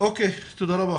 תודה רבה.